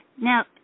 Now